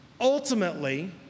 Ultimately